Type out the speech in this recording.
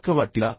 பக்கவாட்டிலா